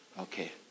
okay